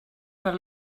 per